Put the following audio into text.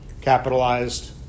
capitalized